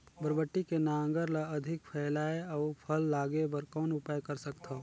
बरबट्टी के नार ल अधिक फैलाय अउ फल लागे बर कौन उपाय कर सकथव?